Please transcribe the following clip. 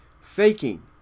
faking